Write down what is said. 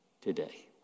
today